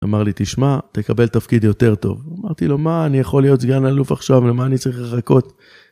אמר לי תשמע תקבל תפקיד יותר טוב. אמרתי לו, מה?! אני יכול להיות סגן אלוף עכשיו למה אני צריך לחכות